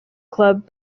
club